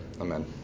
Amen